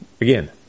again